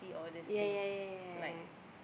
ya ya ya ya ya